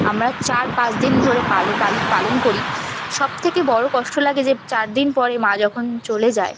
আমরা চার পাঁচ দিন ধরে পালন করি সব থেকে বড় কষ্ট লাগে যে চার দিন পরে মা যখন চলে যায়